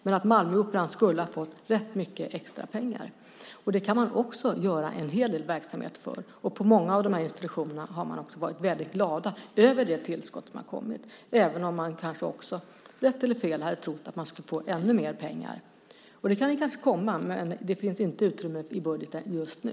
Men Malmöoperan skulle ha fått rätt mycket extra pengar. Och med dem kan man också åstadkomma en hel del verksamhet. Och på många av dessa institutioner har man varit väldigt glad över det tillskott som har kommit, även om man kanske också - rätt eller fel - hade trott att man skulle få ännu mer pengar. Och det kan kanske komma, men det finns inte utrymme för det i budgeten just nu.